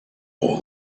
all